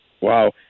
Wow